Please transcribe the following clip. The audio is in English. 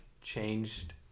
changed